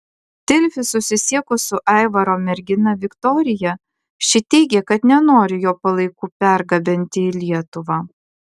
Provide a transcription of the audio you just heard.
delfi susisiekus su aivaro mergina viktorija ši teigė kad nenori jo palaikų pergabenti į lietuvą